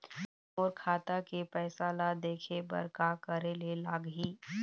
मोर खाता के पैसा ला देखे बर का करे ले लागही?